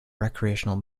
recreational